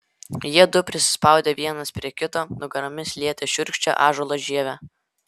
jiedu prisispaudė vienas prie kito nugaromis lietė šiurkščią ąžuolo žievę